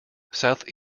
south